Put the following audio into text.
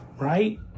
Right